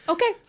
Okay